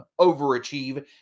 overachieve